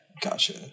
gotcha